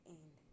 end